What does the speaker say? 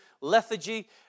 lethargy